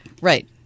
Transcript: Right